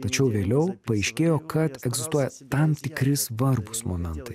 tačiau vėliau paaiškėjo kad egzistuoja tam tikri svarbūs momentai